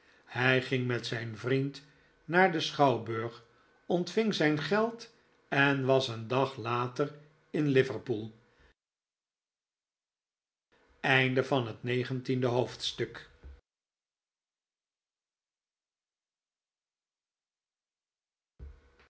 hij ging met zijn vriend naar den schouwburg ontving zijn geld en was een dag later in liverpool einde van het negentiende hoofdstuk